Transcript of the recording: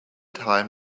time